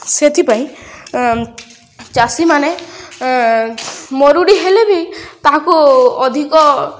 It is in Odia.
ସେଥିପାଇଁ ଚାଷୀମାନେ ମରୁଡ଼ି ହେଲେ ବି ତାହାକୁ ଅଧିକ